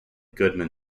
goodman